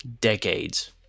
decades